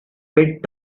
bit